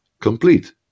complete